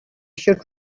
should